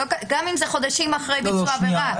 גם אם זה חודשים אחרי ביצוע העבירה.